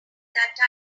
that